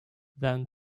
than